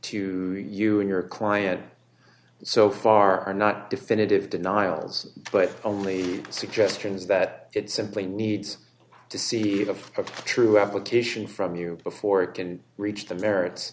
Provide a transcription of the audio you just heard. to you and your client so far are not definitive denials but only suggestions that it simply needs to see a true repetition from you before it can reach the merits